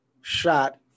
shot